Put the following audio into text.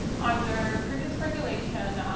under previous regulation,